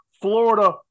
Florida